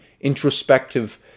introspective